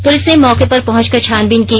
police मौके पर पहुंचकर छानबीन की